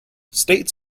state